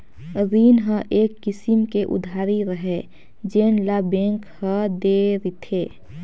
रीन ह एक किसम के उधारी हरय जेन ल बेंक ह दे रिथे